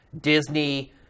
Disney